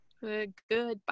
Goodbye